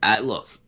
Look